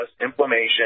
inflammation